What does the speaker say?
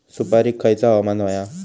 सुपरिक खयचा हवामान होया?